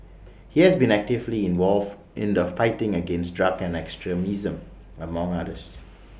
he has been actively involved in the fight against drugs and extremism among others